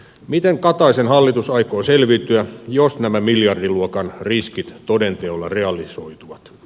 miten kataisen hallitus aikoo selviytyä jos nämä miljardiluokan riskit toden teolla realisoituvat